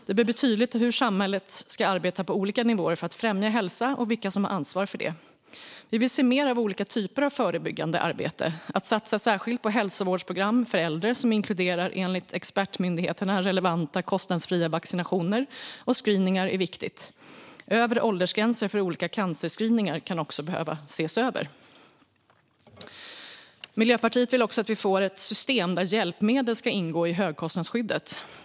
Det måste bli tydligt hur samhället ska arbeta på olika nivåer för att främja hälsa och vilka som har ansvar för det. Vi vill se mer av olika typer av förebyggande arbete. Att satsa särskilt på hälsovårdsprogram för äldre, som inkluderar enligt expertmyndigheterna relevanta kostnadsfria vaccinationer och screeningar, är viktigt. Övre åldersgränser för olika cancerscreeningar kan också behöva ses över. Miljöpartiet vill också att vi får ett system där hjälpmedel ska ingå i högkostnadsskyddet.